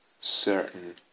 certain